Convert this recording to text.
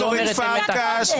הוא הפריע קודם.